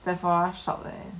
sephora shop leh